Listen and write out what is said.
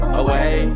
away